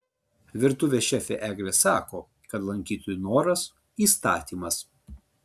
virtuvės šefė eglė sako kad lankytojų noras įstatymas